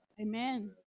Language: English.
amen